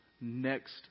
next